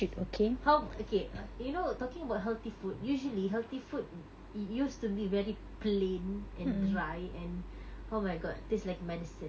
how okay you know talking about healthy food usually healthy food used to be very plain and dry and oh my god taste like medicine